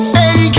hey